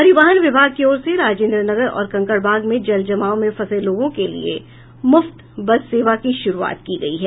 परिवहन विभाग की ओर से राजेन्द्र नगर और कंकड़बाग में जल जमाव में फंसे लोगों के लिए मुफ्त बस सेवा की शुरूआत की गयी है